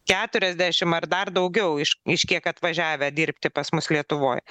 keturiasdešim ar dar daugiau iš iš kiek atvažiavę dirbti pas mus lietuvoj